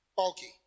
Okay